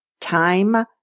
Time